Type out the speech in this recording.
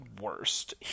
worst